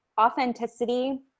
authenticity